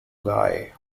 guy